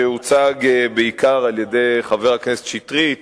שהוצג בעיקר על-ידי חבר הכנסת שטרית,